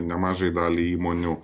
nemažai daliai įmonių